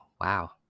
wow